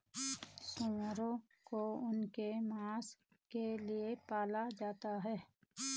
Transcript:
सूअरों को उनके मांस के लिए पाला जाता है